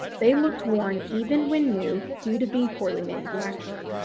they looked worn even when new due to being poorly manufactured.